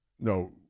no